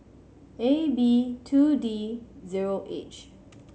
A B two D zero H